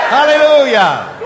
Hallelujah